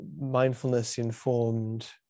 mindfulness-informed